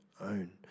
own